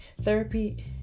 therapy